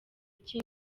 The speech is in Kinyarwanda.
iki